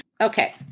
Okay